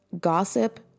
gossip